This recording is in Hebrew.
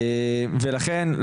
לכן,